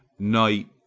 night,